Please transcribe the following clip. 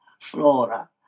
Flora